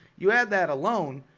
you add that alone.